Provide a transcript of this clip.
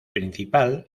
principal